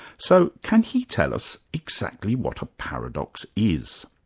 so can he tell us exactly what a paradox is?